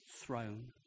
throne